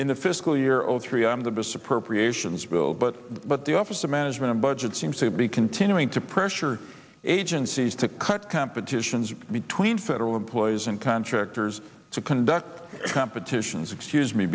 in the fiscal year zero three i'm the biggest appropriations bill but but the office of management and budget seems to be continuing to pressure agencies to cut competitions between federal employees and contractors to conduct competitions excuse me